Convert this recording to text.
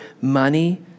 money